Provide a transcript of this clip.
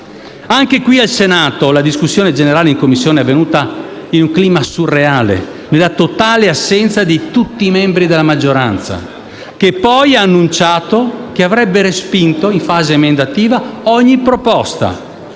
Anche qui al Senato la discussione generale in Commissione è avvenuta in un clima surreale, nella totale assenza di tutti i membri della maggioranza, che ha annunciato poi che avrebbe respinto in fase emendativa ogni proposta,